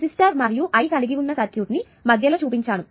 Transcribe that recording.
resistor మరియు I కలిగి ఉన్న సర్క్యూట్ ని మధ్యలో చూపించాను